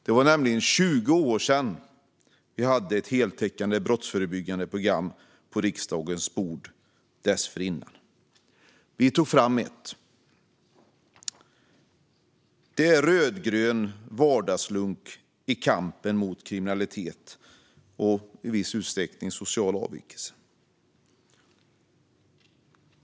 Det var då nämligen 20 år sedan ett heltäckande brottsförebyggande program senast hade lagts fram på riksdagens bord. Vi tog fram ett, och det är rödgrön vardagslunk i kampen mot kriminalitet och i viss utsträckning social avvikelse.